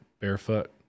barefoot